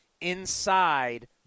inside